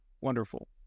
Wonderful